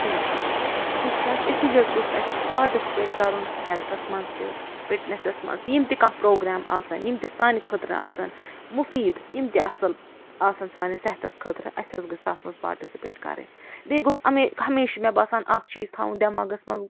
اَمہِ سۭتۍ ٹھیٖک چھُ حظ اسی لیے گوٚژھ اسہِ پارٹِسِپیٹ کرُن ہیٚلتھس منٛز تہِ فِٹنیٚسَس منٛز تہِ یِم تہِ کانٛہہ پرٛوگرام آسان یِم تہِ سانہِ خٲطرٕ آسَن مفیٖد یِم تہِ اصٕل آسَن سٲنِس صحتس خٲطرٕ اسہِ حظ گٔژھ تتھ منٛز پارٹِسِپیٹ کرِنۍ بییٚہِ گوٚژھ ہمیشہٕ مےٚ باسان اکھ چیٖز تھاوُن دیٚماغس منٛز